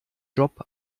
job